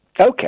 Okay